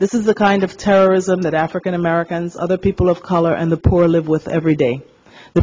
this is the kind of terrorism that african americans other people of color and the poor live with every day the